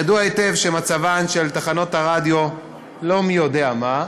ידוע היטב שמצבן של תחנות הרדיו לא מי יודע מה,